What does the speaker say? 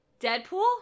Deadpool